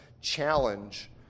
challenge